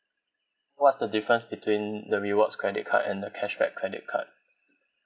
what's the difference between the rewards credit card and the cashback credit card